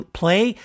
play